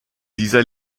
dieser